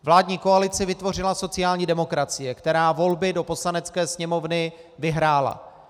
Vládní koalici vytvořila sociální demokracie, která volby do Poslanecké sněmovny vyhrála.